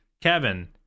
Kevin